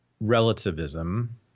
relativism